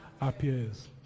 appears